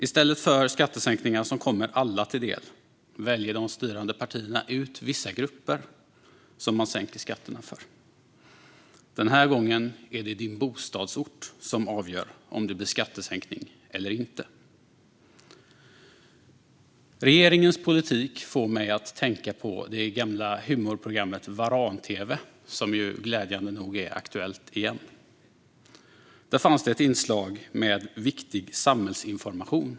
I stället för skattesänkningar som kommer alla till del väljer de styrande partierna ut vissa grupper som man sänker skatterna för. Den här gången är det din bostadsort som avgör om det blir skattesänkning eller inte. Regeringens politik får mig att tänka på det gamla humorprogrammet Varan-TV, som ju glädjande nog är aktuellt igen. Där fanns det ett inslag med viktig samhällsinformation.